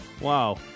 Wow